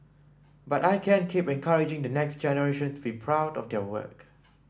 but I can keep encouraging the next generation to be proud of their work